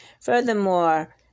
Furthermore